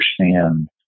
understand